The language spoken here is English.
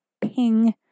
ping